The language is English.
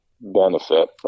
benefit